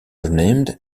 renamed